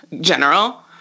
general